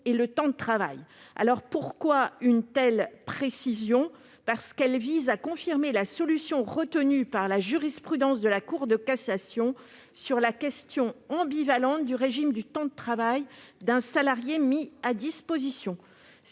et le temps de travail. Une telle précision vise à confirmer la solution retenue par la jurisprudence de la Cour de cassation sur la question ambivalente du régime du temps de travail d'un salarié mis à disposition.